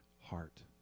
heart